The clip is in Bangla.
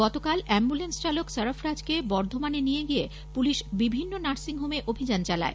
গতকাল অ্যাম্বুলেন্স চালক সরফরাজকে বর্ধমানে নিয়ে গিয়ে পুলিশ বিভিন্ন নার্সিংহোমে অভিযান চালায়